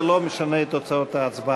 זה לא משנה את תוצאות ההצבעה.